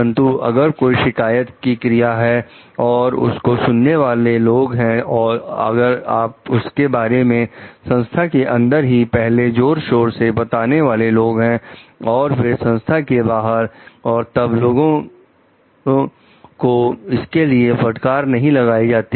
परंतु अगर कोई शिकायत की क्रिया है और उसको सुनने वाले लोग हैं और अगर उसके बारे में संस्था के अंदर ही पहले जोर शोर से बताने वाले लोग हैं और फिर संस्था के बाहर और तब लोगों को इसके लिए फटकार नहीं लगाई जाती